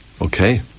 Okay